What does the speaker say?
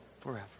forever